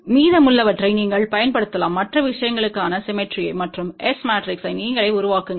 மீதமுள்ளவற்றை நீங்கள் பயன்படுத்தலாம் மற்ற விஷயங்களுக்கான சிம்மெட்ரிமை மற்றும் S மேட்ரிக்ஸை நீங்களே உருவாக்குங்கள்